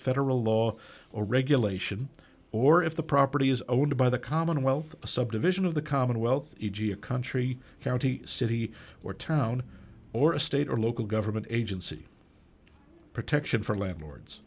federal law or regulation or if the property is owned by the commonwealth a subdivision of the commonwealth e g a country county city or town or a state or local government agency protection for landlords